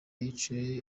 yiciwe